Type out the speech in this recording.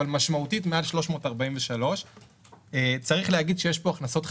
אבל משמעותית מעל 343. צריך להגיד שיש פה הכנסות חריגות.